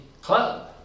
club